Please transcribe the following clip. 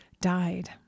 died